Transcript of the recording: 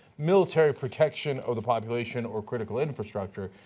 military protection of the population or critical infrastructure,